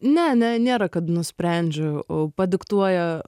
ne ne nėra kad nusprendžiu padiktuoja